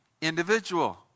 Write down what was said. individual